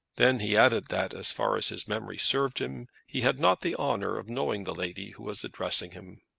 then he added that, as far as his memory served him, he had not the honour of knowing the lady who was addressing him.